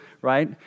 right